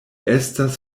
estas